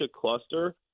cluster